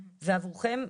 עבורכם,